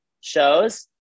Shows